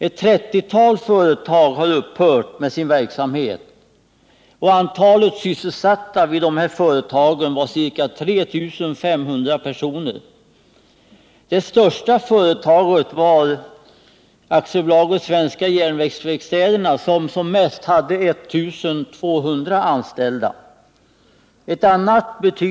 Ett trettiotal företag har upphört med sin verksamhet, och antalet sysselsatta vid dessa företag var ca 3 500. Det största företaget var AB 125 Svenska Järnvägsverkstäderna med som mest 1 200 anställda.